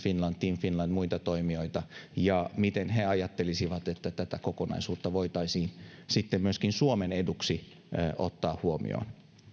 finland team finland ja muut toimijat miten he ajattelisivat että tätä kokonaisuutta voitaisiin myöskin suomen eduksi ottaa huomioon